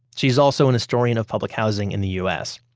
she's also an historian of public housing in the us.